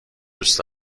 دوست